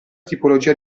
tipologia